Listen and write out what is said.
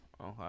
okay